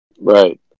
right